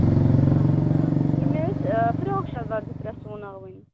اۭں مےٚ ٲسۍ فِراک شَلوار زٕ ترٛےٚ سُوناوٕنۍ